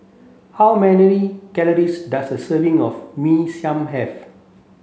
how many calories does a serving of Mee Siam have